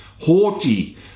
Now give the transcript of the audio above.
haughty